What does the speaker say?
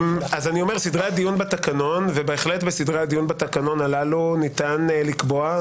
אומר שסדרי הדיון בתקנון ובהחלט בסדרי הדיון בתקנון הללו ניתן לקבוע,